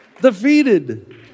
defeated